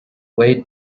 weighted